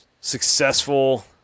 successful